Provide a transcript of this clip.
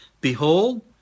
Behold